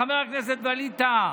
חבר הכנסת ווליד טאהא.